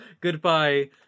Goodbye